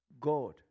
God